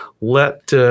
let